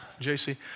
JC